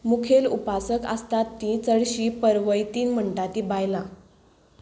मुखेल उपासक आसतात तीं चडशीं परवैतीन म्हण्टात तीं बायलां